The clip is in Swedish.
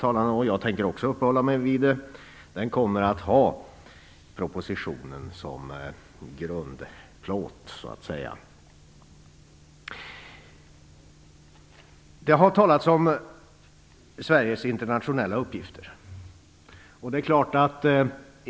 Så har skett under debatten mellan föregående talare, och också jag kommer att upphålla mig vid den. Det har talats om Sveriges internationella uppgifter.